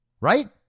right